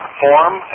form